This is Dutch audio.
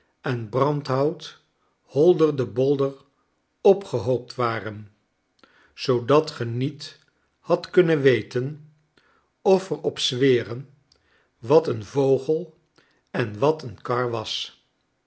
en brandhout holder de bolder opgehoopt waren zoodat ge niet hadt kunnen weten of er op zweren wat een vogel en wat eene kar was